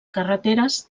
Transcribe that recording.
carreteres